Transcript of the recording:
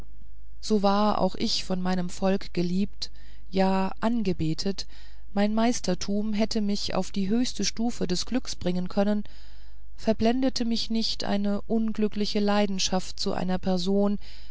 so war auch ich von meinem volk geliebt ja angebetet mein meistertum hätte mich auf die höchste stufe des glücks bringen können verblendete mich nicht eine unglückliche leidenschaft zu einer person